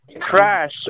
crash